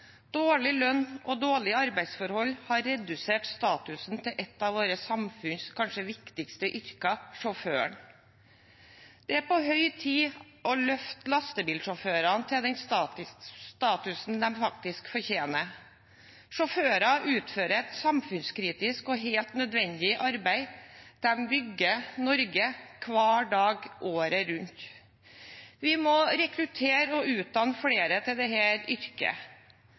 Dårlig lønn og dårlige arbeidsforhold har redusert statusen til et av våre samfunns kanskje viktigste yrker, sjåføren. Det er på høy tid å løfte lastebilsjåførene til den statusen de faktisk fortjener. Sjåfører utfører et samfunnskritisk og helt nødvendig arbeid. De bygger Norge hver dag året rundt. Vi må rekruttere og utdanne flere til dette yrket. Nye regler for lastebiltransporten vil gjøre det